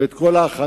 ואת כל ההכנות.